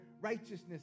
righteousness